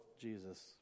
Jesus